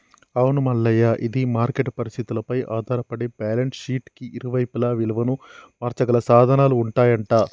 అవును మల్లయ్య ఇది మార్కెట్ పరిస్థితులపై ఆధారపడి బ్యాలెన్స్ షీట్ కి ఇరువైపులా విలువను మార్చగల సాధనాలు ఉంటాయంట